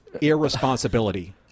irresponsibility